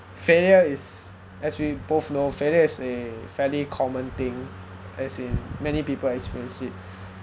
failure is as we both know failure is a fairly common thing as in many people experience it